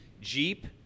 jeep